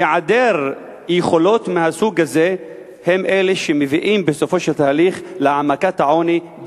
היעדר יכולות מהסוג הזה הוא שמביא בסופו של תהליך להעמקת העוני,